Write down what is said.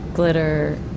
Glitter